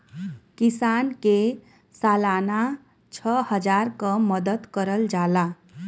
किसान के सालाना छः हजार क मदद करल जाला